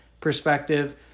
perspective